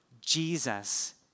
Jesus